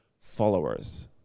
followers